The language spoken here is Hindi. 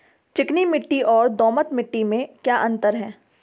चिकनी मिट्टी और दोमट मिट्टी में क्या अंतर है?